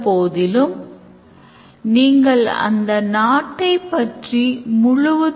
பின்னர் system தொகையைக் கேட்கிறது